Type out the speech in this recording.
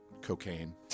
cocaine